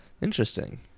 Interesting